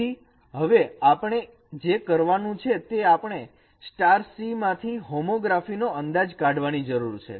જેથી હવે આપણે જે કરવાનું છે તે આપણે C માંથી હોમોગ્રાફી નો અંદાજ કાઢવાની જરૂર છે